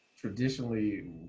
traditionally